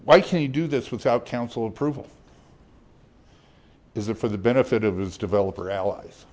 why can you do this without council approval is it for the benefit of his developer allies